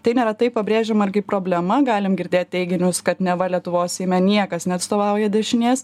tai neretai pabrėžiama ir kaip problema galim girdėt teiginius kad neva lietuvos seime niekas neatstovauja dešinės